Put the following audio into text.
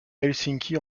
helsinki